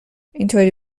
اینطوری